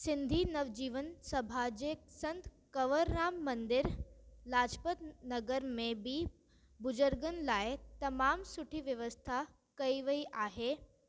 सिंधी नवजीवन सामाजिक संत कंवरराम मंदिर लाजपत नगर में बि बुज़ुर्गनि लाइ तमामु सुठी व्यवस्था कयी वयी आहे